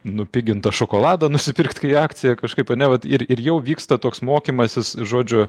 nupigintą šokoladą nusipirkt kai akcija kažkaip ane vat ir ir jau vyksta toks mokymasis žodžiu